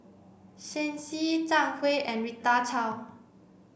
Shen Xi Zhang Hui and Rita Chao